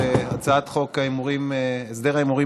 הצעת חוק הסדר ההימורים בספורט